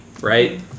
right